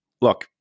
Look